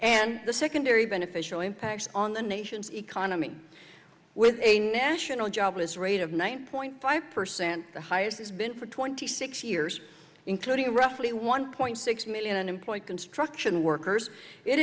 and the secondary beneficial impact on the nation's economy with a national jobless rate of nine point five percent the highest it's been for twenty six years including roughly one point six million unemployed construction workers it